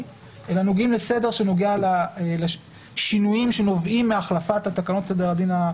אלא נוגעים לסדר שנוגע לשינויים שנובעים מהחלפת תקנות סדר הדין.